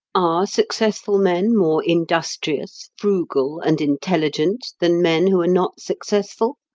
successful men more industrious, frugal, and intelligent than men who are not successful?